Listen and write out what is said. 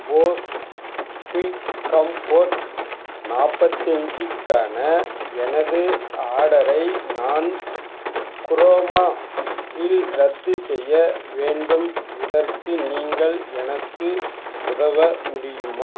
Bose quiet comfort நாற்பத்தி அஞ்சிக்கான எனது ஆர்டரை நான் க்ரோமா இல் ரத்து செய்ய வேண்டும் இதற்கு நீங்கள் எனக்கு உதவ முடியுமா